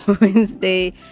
Wednesday